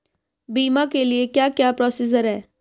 बीमा के लिए क्या क्या प्रोसीजर है?